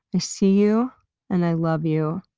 i see you and i love you.